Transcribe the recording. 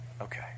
Okay